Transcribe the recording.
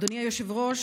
אדוני היושב-ראש,